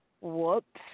Whoops